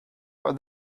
are